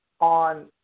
on